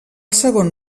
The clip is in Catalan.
segon